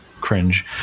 cringe